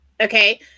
okay